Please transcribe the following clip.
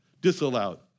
disallowed